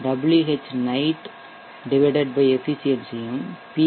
Whnight efficiency யும் B